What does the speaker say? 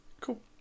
Cool